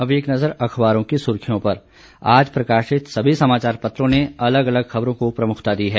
अब एक नजर अखबारों की सुर्खियों पर आज प्रकाशित सभी समाचार पत्रों ने अलग अलग ख़बरों को प्रमुखता दी है